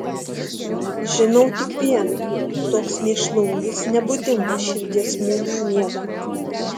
žinau tik viena toks mėšlungis nebūdingas širdies smūgiui miegant